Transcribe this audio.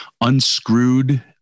unscrewed